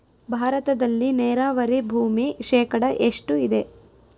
ಭಾರತದಲ್ಲಿ ನೇರಾವರಿ ಭೂಮಿ ಶೇಕಡ ಎಷ್ಟು ಇದೆ?